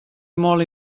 molt